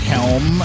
Helm